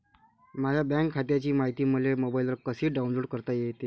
माह्या बँक खात्याची मायती मले मोबाईलवर कसी डाऊनलोड करता येते?